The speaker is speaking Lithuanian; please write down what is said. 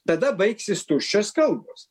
tada baigsis tuščios kalbos